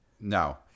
No